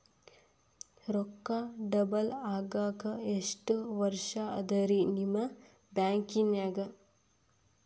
ರೊಕ್ಕ ಡಬಲ್ ಆಗಾಕ ಎಷ್ಟ ವರ್ಷಾ ಅದ ರಿ ನಿಮ್ಮ ಬ್ಯಾಂಕಿನ್ಯಾಗ?